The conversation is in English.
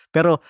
Pero